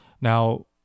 Now